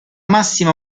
massima